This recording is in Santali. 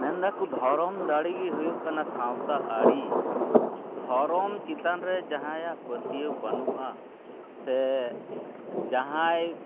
ᱢᱮᱱ ᱮᱫᱟᱠᱚ ᱫᱷᱚᱨᱚᱢ ᱫᱟᱲᱮᱜᱮ ᱦᱩᱭᱩᱜ ᱠᱟᱱᱟ ᱥᱟᱶᱛᱟ ᱟᱹᱨᱤ ᱫᱷᱚᱨᱚᱢ ᱪᱮᱛᱟᱱᱨᱮ ᱡᱟᱦᱟᱸᱭᱟᱜ ᱯᱟᱹᱛᱭᱟᱹᱣ ᱵᱟᱱᱩᱜᱼᱟ ᱥᱮ ᱡᱟᱦᱟᱸᱭ